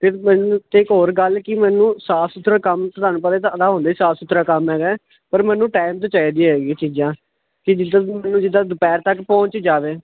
ਫਿਰ ਮੈਨੂੰ ਇੱਕ ਹੋਰ ਗੱਲ ਕਿ ਮੈਨੂੰ ਸਾਫ਼ ਸੁਥਰਾ ਕੰਮ ਤੁਹਾਨੂੰ ਪਤਾ ਹੁੰਦਾ ਸਾਫ਼ ਸੁਥਰਾ ਕੰਮ ਹੈਗਾ ਪਰ ਮੈਨੂੰ ਟਾਈਮ 'ਤੇ ਚਾਹੀਦੀ ਹੈਗੀ ਚੀਜ਼ਾਂ ਕਿ ਜਿਦਾਂ ਦੁਪਹਿਰ ਤੱਕ ਪਹੁੰਚ ਜਾਵੇ